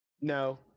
No